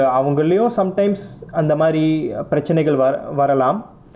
அவங்களிளையும்:avangalilaiyum sometimes அந்த மாதிரி பிரட்சனைகள் வர வரலாம்:antha maathiri piratchanaigal vara varalaam